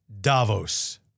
Davos